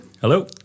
Hello